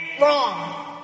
Wrong